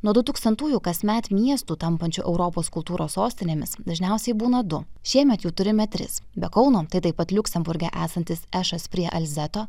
nuo du tūkstantųjų kasmet miestų tampančių europos kultūros sostinėmis dažniausiai būna du šiemet jų turime tris be kauno tai taip pat liuksemburge esantis ešas prie alzeto